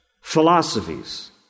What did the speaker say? philosophies